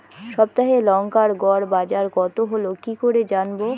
সপ্তাহে লংকার গড় বাজার কতো হলো কীকরে জানবো?